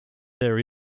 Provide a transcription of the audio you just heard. there